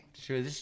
Sure